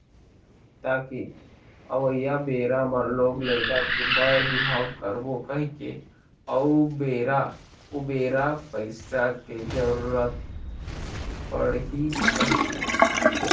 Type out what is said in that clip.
ताकि अवइया बेरा म लोग लइका के बर बिहाव करबो कहिके अउ बेरा उबेरा पइसा के जरुरत पड़ही कहिके